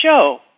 show